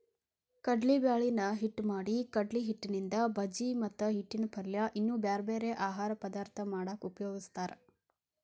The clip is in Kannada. ಕಡ್ಲಿಬ್ಯಾಳಿನ ಹಿಟ್ಟ್ ಮಾಡಿಕಡ್ಲಿಹಿಟ್ಟಿನಿಂದ ಬಜಿ ಮತ್ತ ಹಿಟ್ಟಿನ ಪಲ್ಯ ಇನ್ನೂ ಬ್ಯಾರ್ಬ್ಯಾರೇ ಆಹಾರ ಪದಾರ್ಥ ಮಾಡಾಕ ಉಪಯೋಗಸ್ತಾರ